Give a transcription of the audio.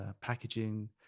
packaging